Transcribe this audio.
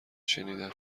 شنیدم